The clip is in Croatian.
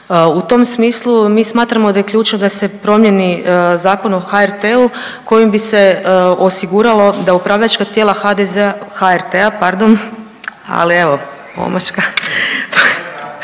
U tom smislu mi smatramo da je ključno da se promijeni Zakon o HRT-u kojim bi se osiguralo da upravljačka tijela HDZ-a, HRT-a pardon,